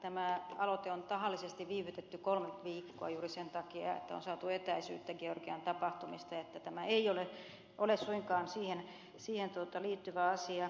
tätä aloitetta on tahallisesti viivytetty kolme viikkoa juuri sen takia että on saatu etäisyyttä georgian tapahtumista tämä ei ole suinkaan siihen liittyvä asia